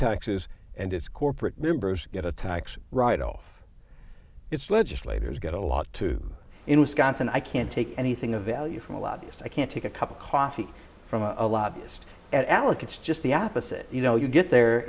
taxes and is corporate members get a tax write off it's legislators get a lot too in wisconsin i can't take anything of value from a lobbyist i can't take a cup of coffee from a lobbyist and alec it's just the opposite you know you get there